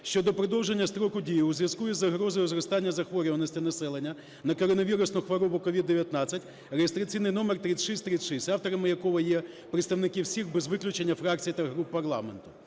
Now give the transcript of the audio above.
(щодо продовження строку дії у зв'язку із загрозою зростання захворюваності населення на коронавірусну хворобу (COVID-19) (реєстраційний номер 3636), авторами якого є представники всіх без виключення фракцій та груп парламенту.